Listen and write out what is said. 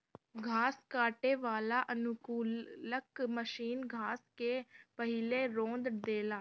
घास काटे वाला अनुकूलक मशीन घास के पहिले रौंद देला